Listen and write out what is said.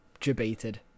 debated